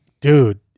dude